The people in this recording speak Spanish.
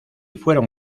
fueron